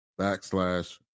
backslash